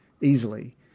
easily